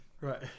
Right